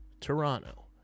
Toronto